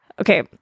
Okay